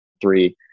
three